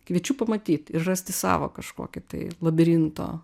kviečiu pamatyt ir rasti savo kažkokį tai labirinto